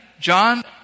John